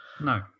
No